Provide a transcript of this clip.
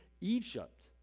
Egypt